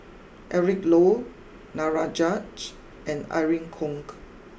Eric Low and Irene Khong